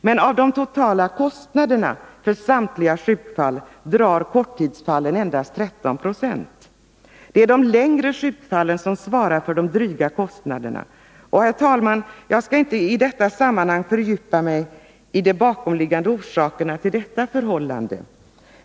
Men av de totala kostnaderna för samtliga sjukfall drar korttidsfallen endast 13 96. Det är de längre sjukfallen som svarar för de dryga kostnaderna, och, herr talman, jag skall inte i detta sammanhang fördjupa mig i de bakomliggande orsakerna till detta förhållande.